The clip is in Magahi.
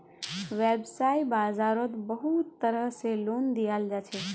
वैव्साय बाजारोत बहुत तरह से लोन दियाल जाछे